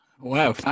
Wow